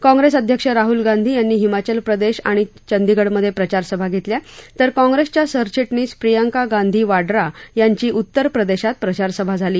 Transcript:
काँग्रेस अध्यक्ष राहुल गांधी यांची हिमाचल प्रदेश आणि चंदीगढमधे प्रचारसभा झाली तर काँग्रेसच्या सरचिटणीस प्रियंका गांधी वाड्रा यांची उत्तर प्रदेशात प्रचार सभा झाली